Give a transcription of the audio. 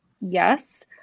yes